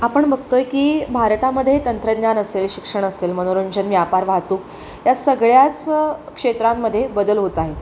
आपण बघतोय की भारतामध्ये तंत्रज्ञान असेल शिक्षण असेल मनोरंजन व्यापार वाहतूक या सगळ्याच क्षेत्रांमध्ये बदल होत आहे